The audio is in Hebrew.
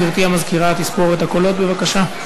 גברתי המזכירה תספור את הקולות, בבקשה.